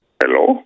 Hello